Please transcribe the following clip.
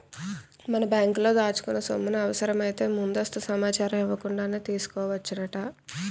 మనం బ్యాంకులో దాచుకున్న సొమ్ముని అవసరమైతే ముందస్తు సమాచారం ఇవ్వకుండానే తీసుకోవచ్చునట